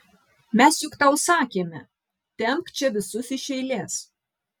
mes juk tau sakėme tempk čia visus iš eilės